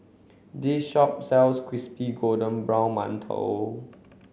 this shop sells Crispy Golden Brown Mantou